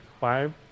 five